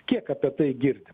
kiek apie tai girdim